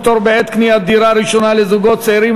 פטור בעת קניית דירה ראשונה לזוגות צעירים),